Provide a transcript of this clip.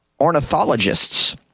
ornithologists